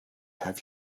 have